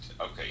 Okay